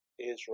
Israel